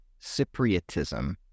cypriotism